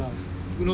I don't know